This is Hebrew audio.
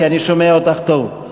כי אני שומע אותך טוב.